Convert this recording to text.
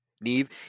Neve